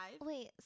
Wait